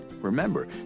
Remember